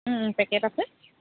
packet আছে